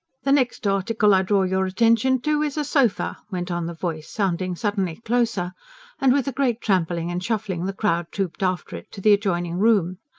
the next article i draw your attention to is a sofer, went on the voice, sounding suddenly closer and with a great trampling and shuffling the crowd trooped after it to the adjoining room.